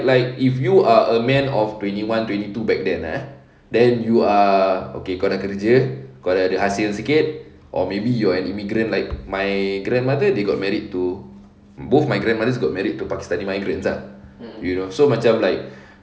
like if you are a man of twenty one twenty two back there then you are okay kau dah kerja kau dah ada hasil sikit or maybe you're an immigrant like my grandmother they got married to both my grandmothers got married to pakistani migrants ah you know so macam like